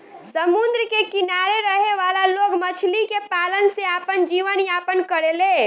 समुंद्र के किनारे रहे वाला लोग मछली के पालन से आपन जीवन यापन करेले